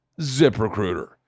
ZipRecruiter